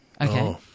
Okay